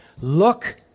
Look